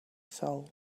soul